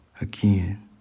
Again